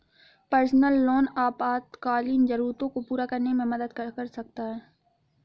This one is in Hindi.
पर्सनल लोन आपातकालीन जरूरतों को पूरा करने में मदद कर सकता है